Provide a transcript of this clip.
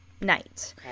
night